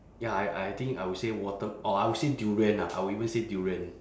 ya I I think I will say water~ or I will say durian ah I will even say durian